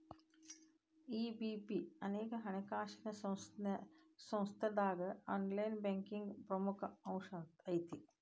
EBP ಅನೇಕ ಹಣಕಾಸಿನ್ ಸಂಸ್ಥಾದಾಗ ಆನ್ಲೈನ್ ಬ್ಯಾಂಕಿಂಗ್ನ ಪ್ರಮುಖ ಅಂಶಾಐತಿ